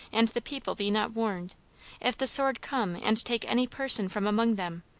and the people be not warned if the sword come, and take any person from among them,